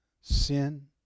sin